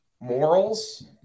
morals